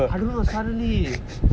I don't know suddenly